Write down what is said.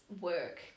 work